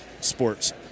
sports